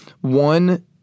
One